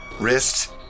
wrist